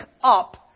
up